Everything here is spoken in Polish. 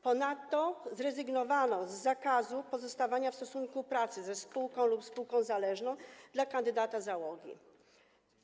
Ponadto zrezygnowano z zakazu pozostawania w stosunku pracy ze spółką lub spółką zależną przez kandydata załogi.